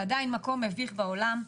זה עדיין מקום מביך בעולם.